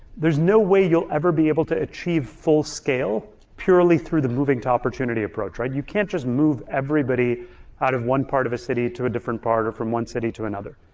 there's no way you'll ever be able to achieve full scale purely through the moving to opportunity approach, right? you can't just move everybody out of one part of a city to a different part or from one city to another.